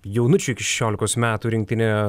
jaunučių iki šešiolikos metų rinktinė